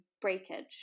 breakage